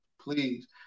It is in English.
please